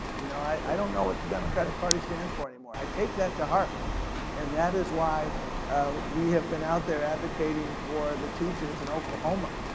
you know, i don't know what the democratic party stands for anymore. i take that to heart and that is why we have been out there advocating for the teachers in oklahoma.